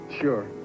Sure